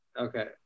okay